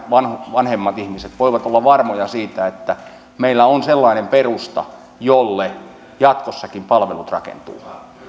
vanhemmat ihmiset voivat olla varmoja siitä että meillä on sellainen perusta jolle jatkossakin palvelut rakentuvat